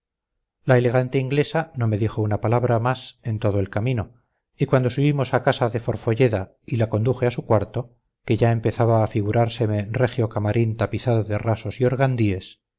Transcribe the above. la elegante inglesa no me dijo una palabra más en todo el camino y cuando subimos a casa de forfolleda y la conduje a su cuarto que ya empezaba a figurárseme regio camarín tapizado de rasos y